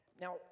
now